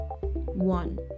one